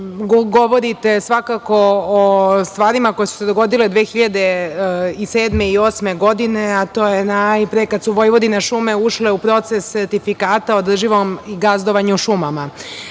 govorite svakako o stvarima koje su se dogodile 2007. i 2008. godine, kada su „Vojvodinašume“ ušle u proces seratifikata o održivom gazdovanju šumama.